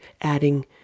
adding